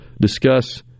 discuss